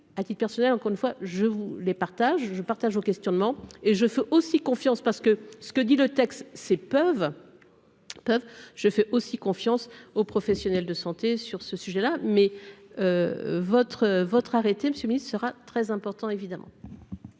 a-t-il persuadé, encore une fois, je vous les partage, je partage vos questionnements et je fais aussi confiance parce que ce que dit le texte ces peuvent peuvent je fais aussi confiance aux professionnels de santé sur ce sujet là, mais votre votre arrêter Monsieur sera très important évidemment.